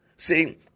See